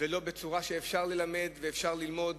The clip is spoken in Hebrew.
ולא בצורה שאפשר ללמד ואפשר ללמוד,